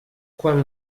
quan